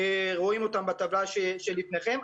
רואים בטבלה שלפניכם.